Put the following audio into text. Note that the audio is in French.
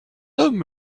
homme